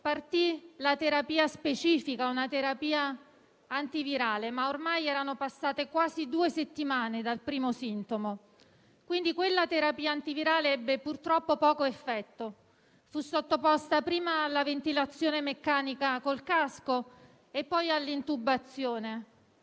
partì la terapia specifica, una terapia antivirale: ma ormai erano passate quasi due settimane dal primo sintomo, quindi quella terapia antivirale ebbe, purtroppo, poco effetto. Fu sottoposta prima alla ventilazione meccanica col casco e poi all'intubazione,